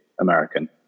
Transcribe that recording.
American